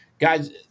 Guys